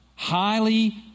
highly